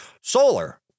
solar